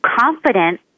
confident